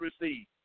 receive